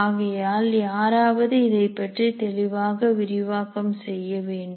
ஆகையால் யாராவது இதைப்பற்றி தெளிவாக விரிவாக்கம் செய்ய வேண்டும்